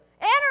Enter